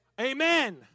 Amen